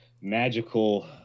magical